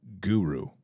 guru